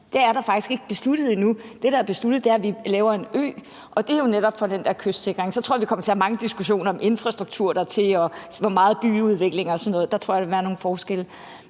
Det er faktisk ikke besluttet endnu. Det, der er besluttet, er, at vi laver en ø, og det er jo netop for at få den der kystsikring. Så tror jeg, at vi kommer til at have mange diskussioner om infrastrukturen i den forbindelse og om, hvor meget byudvikling der skal være, og sådan noget. Der tror jeg, der vil være nogle forskellige